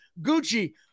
Gucci